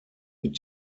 mit